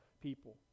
people